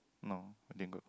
no didn't good